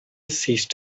ceased